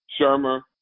Shermer